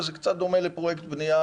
שזה קצת דומה לקמפיין בנייה,